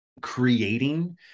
creating